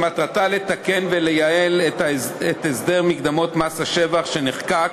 שמטרתה לתקן ולייעל את הסדר מקדמות מס השבח שנחקק